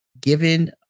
given